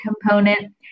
component